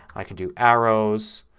i can do arrows.